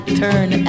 turn